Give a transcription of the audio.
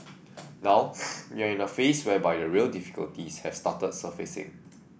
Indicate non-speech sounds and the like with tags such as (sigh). (noise) now we are in a phase whereby the real difficulties have started surfacing